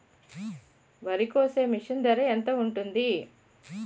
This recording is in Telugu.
వరి కోసే మిషన్ ధర ఎంత ఉంటుంది?